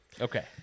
Okay